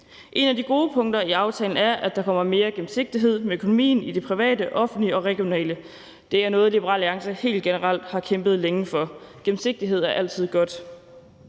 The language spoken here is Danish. Et af de gode punkter i aftalen er, at der kommer mere gennemsigtighed med økonomien i det private, offentlige og regionale. Det er noget, Liberal Alliance helt generelt har kæmpet længe for. Gennemsigtighed er altid godt.